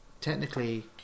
technically